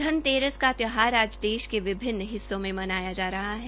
धनतेरस का त्यौहार आज देश के विभिन्न हिस्सों में मनाया जा रहा है